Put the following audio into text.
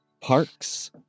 parks